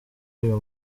uyu